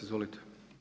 Izvolite.